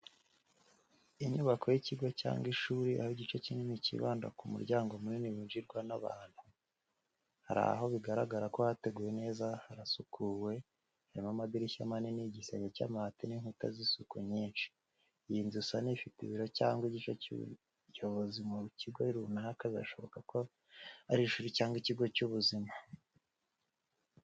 Inyubako y’ikigo cyangwa ishuri aho igice kinini cyibanda ku muryango munini winjirwa n’abantu. Hari aho bigaragara ko hateguwe neza harasukuye, harimo amadirishya manini igisenge cy’amabati n’inkuta z’isuku nyinshi. Iyi nzu isa n’ifite ibiro cyangwa igice cy’ubuyobozi mu kigo runaka birashoboka ko ari ishuri cyangwa ikigo cy’ubuzima.